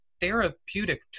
therapeutic